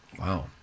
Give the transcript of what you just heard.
Wow